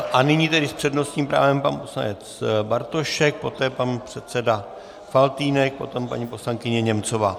A nyní tedy s přednostním právem pan poslanec Bartošek, poté pan předseda Faltýnek, potom paní poslankyně Němcová.